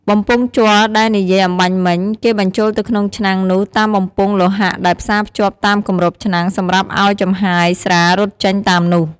បំពង់ជ័រដែលនិយាយអម្បាញ់មិញ គេបញ្ចូលទៅក្នុងឆ្នាំងនោះតាមបំពង់លោហៈដែលផ្សាភ្ជាប់តាមគម្របឆ្នាំងសម្រាប់ឲ្យចំហាយស្រារត់ចេញតាមនោះ។